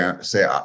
say